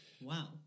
wow